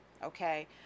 Okay